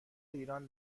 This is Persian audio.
ایران